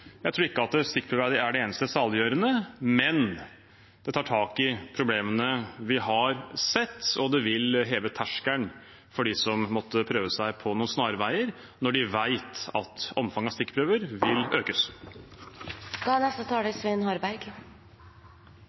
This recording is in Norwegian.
Jeg tror ikke stikkprøver er det eneste saliggjørende, men det tar tak i problemene vi har sett, og det vil heve terskelen for dem som måtte prøve seg på noen snarveier, når de vet at omfanget av stikkprøver vil